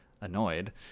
annoyed